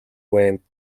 went